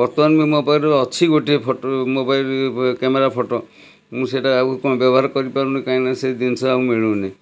ବର୍ତ୍ତମାନ ବି ମୋ ପାଖରେ ଅଛି ଗୋଟିଏ ଫଟୋ ମୋ ପାଖରେ କ୍ୟାମେରା ଫଟୋ ମୁଁ ସେଇଟା ଆଗକୁ କ'ଣ ବ୍ୟବହାର କରିପାରୁନି କାହିଁକିନା ସେଇ ଜିନିଷ ଆଉ ମିଳୁନି